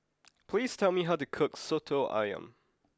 please tell me how to cook Soto Ayam